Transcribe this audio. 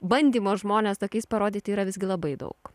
bandymo žmones tokiais parodyti yra visgi labai daug